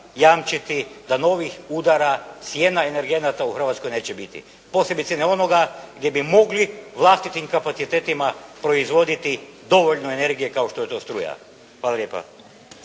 jamčiti da novih udara cijena energenata u Hrvatskoj neće biti, posebice ne onoga gdje bi mogli vlastitim kapacitetima proizvoditi dovoljno energije kao što je to struja. Hvala lijepa.